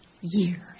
years